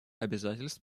обязательств